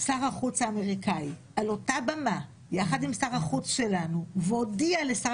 שר החוץ האמריקאי על אותה במה יחד עם שר החוץ שלנו והודיע לשר